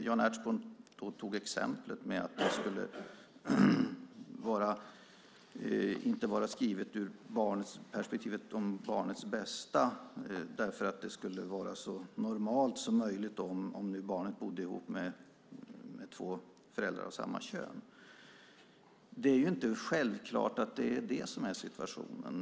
Jan Ertsborn sade att det inte skulle vara skrivet från perspektivet om barnets bästa, därför att det skulle vara så normalt som möjligt om nu barnen bodde ihop med två föräldrar av samma kön. Det är inte självklart att det är det som är situationen.